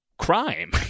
Crime